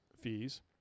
fees